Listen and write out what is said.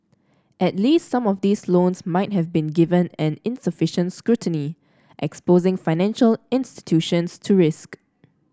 at least some of these loans might have been given and insufficient scrutiny exposing financial institutions to risk